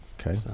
Okay